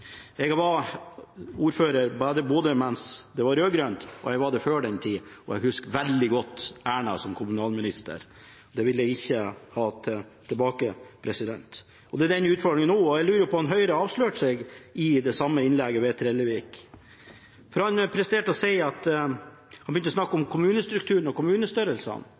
jeg. Jeg var ordfører i Hemnes mens det var rød-grønt, og jeg var det før den tid, og jeg husker veldig godt Erna som kommunalminister. Det vil jeg ikke ha tilbake. Det er det som er utfordringen nå. Jeg lurer på om Høyre avslørte seg i det samme innlegget ved Trellevik, for han begynte å snakke om kommunestrukturen og kommunestørrelsene.